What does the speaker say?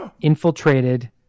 infiltrated